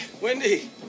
Wendy